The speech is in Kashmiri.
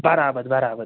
برابر برابر